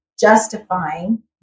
justifying